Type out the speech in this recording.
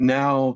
now